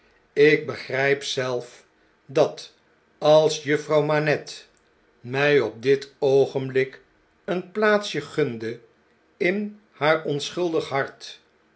ik begrijp zelf dat als juffrouw manette mij op dit oogenblik een plaatsje gunde in haar onschuldig hart